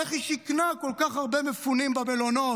איך היא שיכנה כל כך הרבה מפונים במלונות,